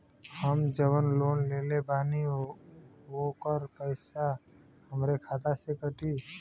हम जवन लोन लेले बानी होकर पैसा हमरे खाते से कटी?